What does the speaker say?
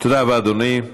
תודה רבה, אדוני.